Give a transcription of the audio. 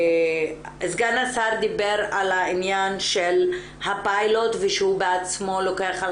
סגן השר דיבר על העניין של הפיילוט ושהוא לוקח על